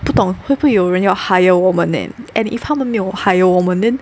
不懂会不会有人要 hire 我们 leh and if 他们没有 hire 我们 then